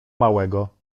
małego